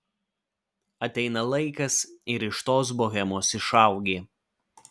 ateina laikas ir iš tos bohemos išaugi